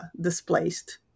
displaced